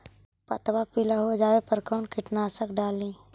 पतबा पिला हो जाबे पर कौन कीटनाशक डाली?